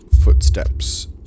footsteps